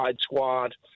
Squad